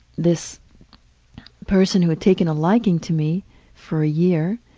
this person who had taken a liking to me for a year